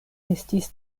estis